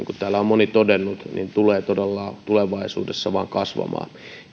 täällä on moni todennut tulevaisuudessa todella vain kasvamaan